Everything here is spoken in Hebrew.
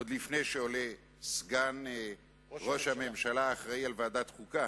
עוד לפני שעולה סגן ראש הממשלה המקשר עם ועדת החוקה,